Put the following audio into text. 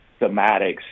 thematics